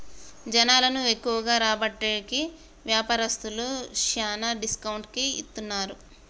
జనాలను ఎక్కువగా రాబట్టేకి వ్యాపారస్తులు శ్యానా డిస్కౌంట్ కి ఇత్తన్నారు